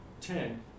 Ten